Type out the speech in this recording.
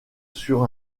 sur